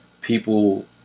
people